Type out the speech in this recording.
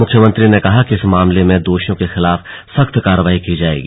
मुख्यमंत्री ने कहा कि इस मामले में दोषियों के खिलाफ सख्त कार्रवाई की जायेगी